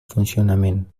funcionament